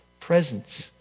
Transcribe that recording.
presence